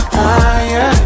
higher